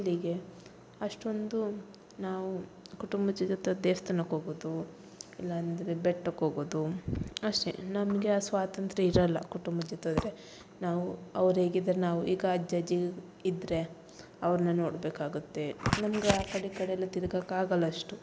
ಎಲ್ಲಿಗೆ ಅಷ್ಟೊಂದು ನಾವು ಕುಟುಂಬದ ಜೊತೆ ದೇವ್ಸ್ತಾನಕ್ಕೆ ಹೋಗೋದು ಇಲ್ಲ ಅಂದರೆ ಬೆಟ್ಟಕ್ಕೆ ಹೋಗೋದು ಅಷ್ಟೆ ನಮಗೆ ಆ ಸ್ವಾತಂತ್ರ್ಯ ಇರೋಲ್ಲ ಕುಟುಂಬದ ಜೊತೆ ಹೋದರೆ ನಾವು ಅವ್ರು ಹೋಗಿದ್ದಾರೆ ನಾವು ಈಗ ಅಜ್ಜ ಅಜ್ಜಿ ಇದ್ದರೆ ಅವ್ರನ್ನ ನೋಡಬೇಕಾಗತ್ತೆ ನಮಗೆ ಆ ಕಡೆ ಈ ಕಡೆಯೆಲ್ಲ ತಿರ್ಗಕ್ಕೆ ಆಗಲ್ಲ ಅಷ್ಟು